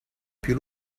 più